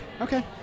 Okay